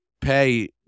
pay